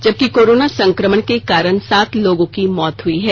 जबकि कोरोना संक्रमण के कारण सात लोगों की मौत हुई है